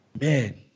Man